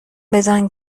بزن